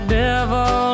devil